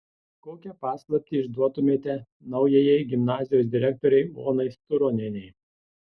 kokią paslaptį išduotumėte naujajai gimnazijos direktorei onai sturonienei